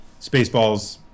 Spaceballs